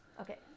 Okay